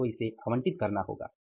आपको इसे आवंटित करना होगा